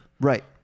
Right